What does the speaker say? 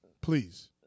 Please